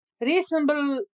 reasonable